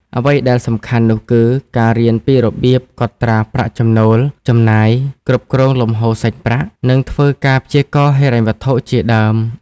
អ្វីដែលសំខាន់នោះគឺ ការរៀនពីរបៀបកត់ត្រាប្រាក់ចំណូល ចំណាយ គ្រប់គ្រងលំហូរសាច់ប្រាក់ និងធ្វើការព្យាករណ៍ហិរញ្ញវត្ថុជាដើម។